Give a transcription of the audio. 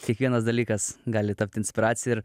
kiekvienas dalykas gali tapt inspiracija ir